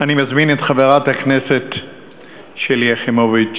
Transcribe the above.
אני מזמין את חברת הכנסת שלי יחימוביץ